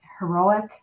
heroic